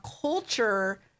culture